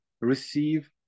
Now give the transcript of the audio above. receive